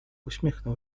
uśmiechnął